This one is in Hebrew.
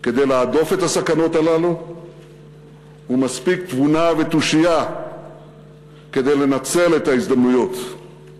כדי להדוף את הסכנות הללו ומספיק תבונה ותושייה כדי לנצל את ההזדמנויות.